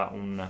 un